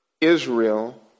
Israel